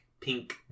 pink